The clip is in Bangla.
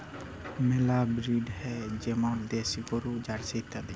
মেলা ব্রিড হ্যয় যেমল দেশি গরু, জার্সি ইত্যাদি